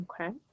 Okay